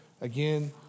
Again